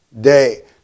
day